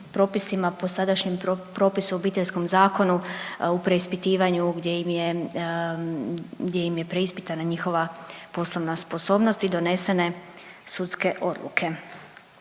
po sadašnjem propisu, Obiteljskom zakonu u preispitivanju gdje im je, gdje im je preispitana njihova poslovna sposobnost i donesene sudske odluke,